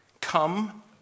Come